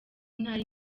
ntari